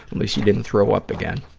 least you didn't throw up again.